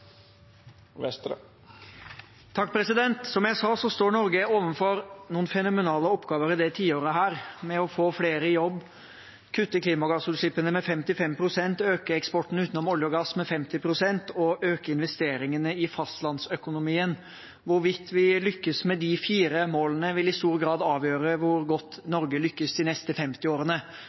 få flere i jobb, kutte klimagassutslippene med 55 pst., øke eksporten utenom olje og gass med 50 pst. og øke investeringene i fastlandsøkonomien. Hvorvidt vi lykkes med de fire målene, vil i stor grad avgjøre hvor godt Norge lykkes de neste 50 årene.